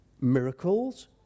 miracles